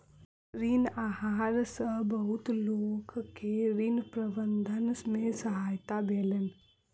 ऋण आहार सॅ बहुत लोक के ऋण प्रबंधन में सहायता भेलैन